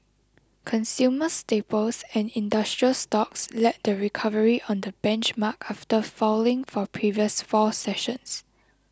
consumer staples and industrial stocks led the recovery on the benchmark after falling for previous four sessions